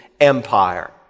Empire